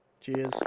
Cheers